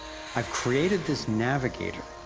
i created this navigator,